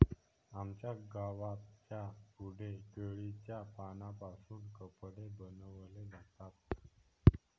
आमच्या गावाच्या पुढे केळीच्या पानांपासून कपडे बनवले जातात